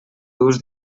dus